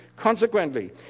Consequently